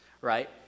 right